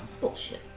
Bullshit